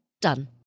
Done